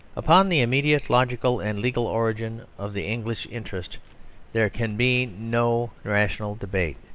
upon the immediate logical and legal origin of the english interest there can be no rational debate.